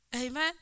Amen